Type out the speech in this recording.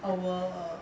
our